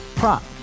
Prop